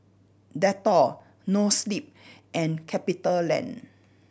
Dettol Noa Sleep and CapitaLand